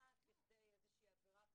כמעט לכדי עבירה פלילית,